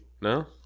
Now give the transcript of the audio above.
No